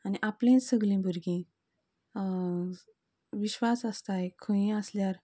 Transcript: आनी आपलींच सगलीं भुरगीं विश्वास आसता एक खंयय आसल्यार